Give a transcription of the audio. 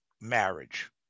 marriage